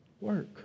work